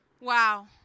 Wow